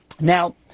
Now